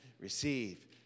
receive